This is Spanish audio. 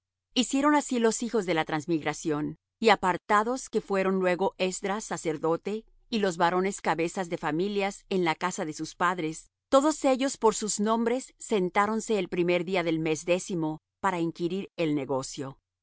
hicieron así los hijos de la transmigración y apartados que fueron luego esdras sacerdote y los varones cabezas de familias en la casa de sus padres todos ellos por sus nombres sentáronse el primer día del mes décimo para inquirir el negocio y